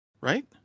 Right